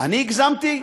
אני הגזמתי?